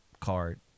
card